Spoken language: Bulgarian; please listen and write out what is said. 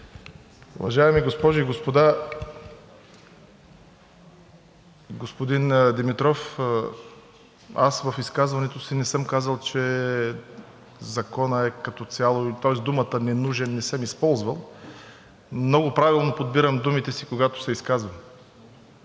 Уважаеми госпожи и господа! Господин Димитров, аз в изказването си не съм казал, че Законът е като цяло, тоест думата „ненужен“ не съм използвал. Много правилно подбирам думите си, когато се изказвам.